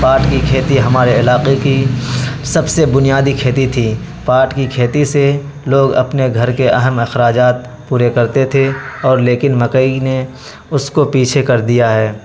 پاٹ کی کھیتی ہمارے علاقے کی سب سے بنیادی کھیتی تھی پاٹ کی کھیتی سے لوگ اپنے گھر کے اہم اخراجات پورے کرتے تھے اور لیکن مکئی نے اس کو پیچھے کر دیا ہے